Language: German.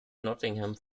nottingham